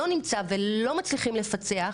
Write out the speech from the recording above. לא נמצא ולא מצליחים לפצח,